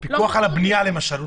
פיקוח על הבנייה למשל,